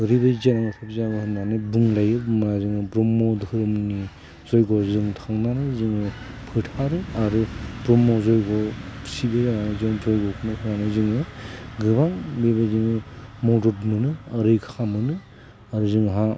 ओरैबायदि जों बुंलायो मा जोङो ब्रह्म धोरोमनि जय्ग जों थांनानै जोङो फोथारो आरो ब्रह्म जय्ग सिबिनानै जय्ग होनानै जोङो गोबां बेबायदिनो मदद मोनो रैखा मोनो आरो जोंहा